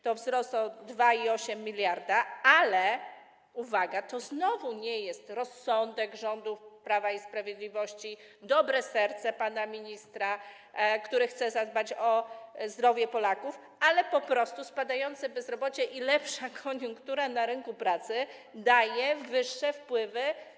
To wzrost o 2,8 mld, ale - uwaga - to znowu nie jest rozsądek rządu Prawa i Sprawiedliwości, dobre serce pana ministra, który chce zadbać o zdrowie Polaków, ale po prostu spadające bezrobocie i lepsza koniunktura na rynku pracy dają wyższe wpływy.